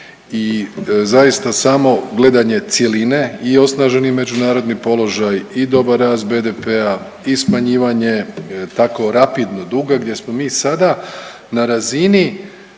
i zaista samo gledanje cjeline i osnaženi međunarodni položaj i dobar rast BDP-a i smanjivanje tako rapidno dugo gdje smo mi sada na razini